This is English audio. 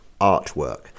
artwork